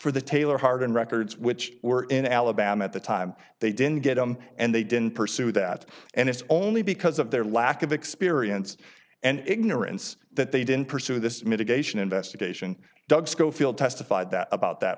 for the taylor harden records which were in alabama at the time they didn't get them and they didn't pursue that and it's only because of their lack of experience and ignorance that they didn't pursue this mitigation investigation doug scofield testified that about that